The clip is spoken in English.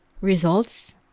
results